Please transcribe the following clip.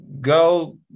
Go